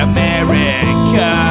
America